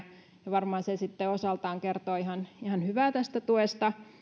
varmaan se sitten osaltaan kertoo ihan ihan hyvää tästä tuesta